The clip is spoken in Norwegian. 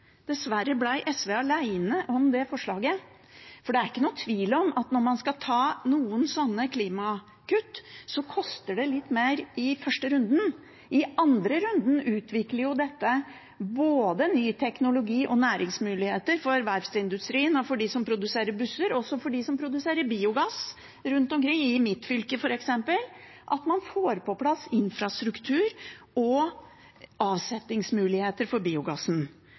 Dessverre ble SV alene om forslaget. Det er ingen tvil om at det koster litt mer i første runde når man skal ta noen sånne klimakutt. I andre runde utvikler dette både ny teknologi og næringsmuligheter for verftsindustrien, for dem som produserer busser, og for dem som produserer biogass, som i mitt fylke, og at man får på plass infrastruktur og avsetningsmuligheter for biogassen.